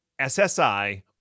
SSI